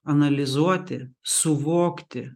analizuoti suvokti